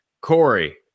Corey